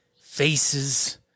faces